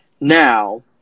Now